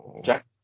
Jack